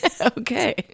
Okay